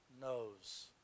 knows